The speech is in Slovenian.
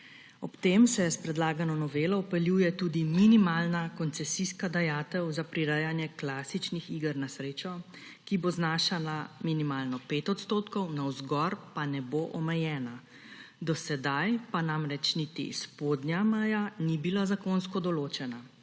Ob tem se s predlagano novelo vpeljuje tudi minimalna koncesijska dajatev za prirejanje klasičnih iger na srečo, ki bo znašala minimalno 5 %, navzgor pa ne bo omejena. Do sedaj pa namreč niti spodnja meja ni bila zakonsko določena.